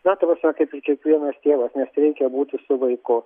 na ta prasme kaip ir kiekvienas tėvas nes reikia būti su vaiku